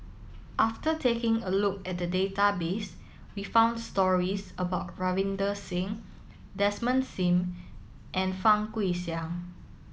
after taking a look at the database we found stories about Ravinder Singh Desmond Sim and Fang Guixiang